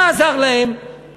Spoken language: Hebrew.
מה עזר להם